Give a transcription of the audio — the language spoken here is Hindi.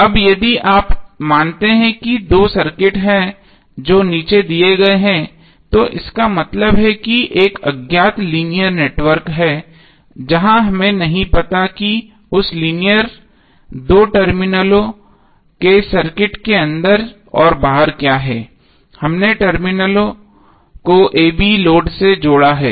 अब यदि आप मानते हैं कि दो सर्किट हैं जो नीचे दिखाए गए हैं तो इसका मतलब है कि एक अज्ञात लीनियर नेटवर्क है जहां हमें नहीं पता कि उस लीनियर दो टर्मिनलों के सर्किट के अंदर और बाहर क्या है हमने टर्मिनलों को a b लोड से जोड़ा है